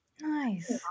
nice